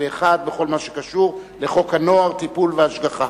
בדבר חלוקת הצעת חוק הנוער (טיפול והשגחה)